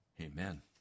Amen